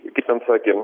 kaip ten sakė